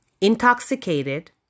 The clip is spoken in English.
intoxicated